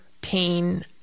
pain